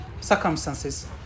circumstances